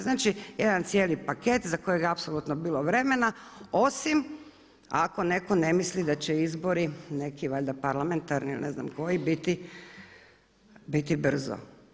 Znači jedan cijeli paket za kojeg je apsolutno bilo vremena osim ako netko ne misli da će izbori neki valjda parlamentarni ili ne znam koji biti brzo.